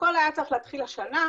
הכול היה צריך להתחיל השנה,